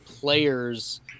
players